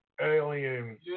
Alien